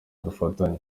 dufatanye